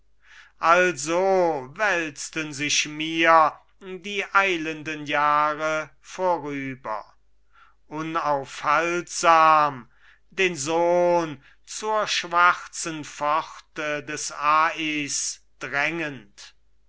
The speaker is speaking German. also wälzten sich mir die eilenden jahre vorüber unaufhaltsam den sohn zur schwarzen pforte des as drängend